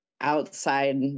outside